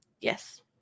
Yes